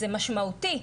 זה משמעותי.